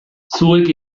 zuek